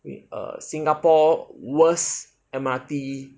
err singapore worst M_R_T